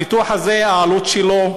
הניתוח הזה, העלות שלו בעולם,